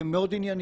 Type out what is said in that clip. מאוד ענייניים.